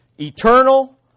Eternal